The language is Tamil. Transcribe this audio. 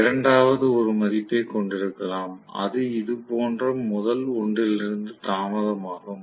இரண்டாவது ஒரு மதிப்பைக் கொண்டிருக்கலாம் அது இது போன்ற முதல் ஒன்றிலிருந்து தாமதமாகும்